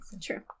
True